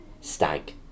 stag